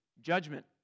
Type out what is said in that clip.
Judgment